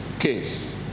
case